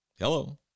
Hello